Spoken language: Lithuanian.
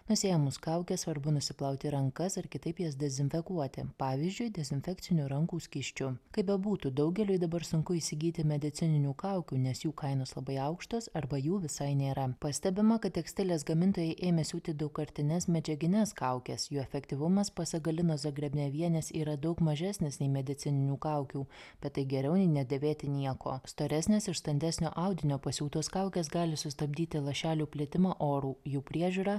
nusiėmus kaukę svarbu nusiplauti rankas ar kitaip jas dezinfekuoti pavyzdžiui dezinfekciniu rankų skysčiu kaip bebūtų daugeliui dabar sunku įsigyti medicininių kaukių nes jų kainos labai aukštos arba jų visai nėra pastebima kad tekstilės gamintojai ėmė siūti daugkartines medžiagines kaukes jų efektyvumas pasak galinos zagrebnevienės yra daug mažesnis nei medicininių kaukių bet tai geriau nedėvėti nieko storesnės iš standesnio audinio pasiūtos kaukės gali sustabdyti lašelių plitimą oru jų priežiūra